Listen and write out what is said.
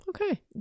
okay